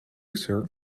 sir